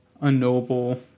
unknowable